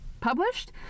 published